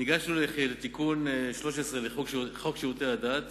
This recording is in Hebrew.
ניגשנו לתיקון 13 לחוק שירותי הדת,